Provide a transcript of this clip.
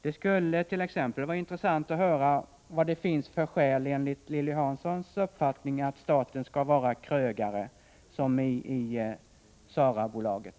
Det skulle vara intressant att höra vad det finns för skäl enligt Lilly Hanssons uppfattning för att staten skall vara krögare, som i SARA-bolaget.